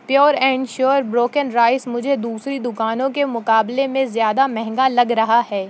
pure and sure broken rice مجھے دوسری دکانوں کے مقابلے میں زیادہ مہنگا لگ رہا ہے